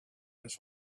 his